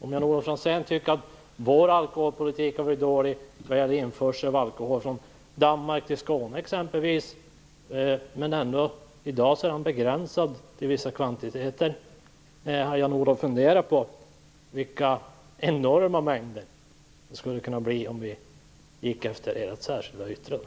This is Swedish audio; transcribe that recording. Om Jan-Olof Franzén tycker att vår alkoholpolitik har blivit dålig vad gäller införsel av alkohol exempelvis från Danmark till Skåne, och den är ändå i dag begränsad till vissa kvantiteter, skall han kanske fundera på vilka enorma mängder det skulle kunna bli om vi gick efter ert särskilda yttrande.